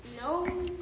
No